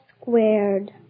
squared